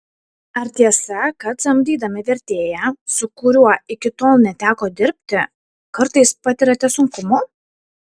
ar tiesa kad samdydami vertėją su kuriuo iki tol neteko dirbti kartais patiriate sunkumų